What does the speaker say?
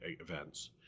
events